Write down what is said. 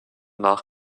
nach